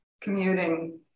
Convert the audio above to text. commuting